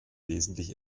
wesentlich